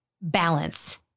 balance